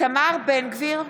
איתמר בן גביר,